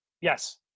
yes